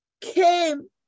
came